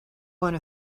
one